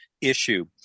issue